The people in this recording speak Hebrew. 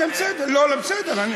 כן, בסדר.